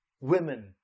women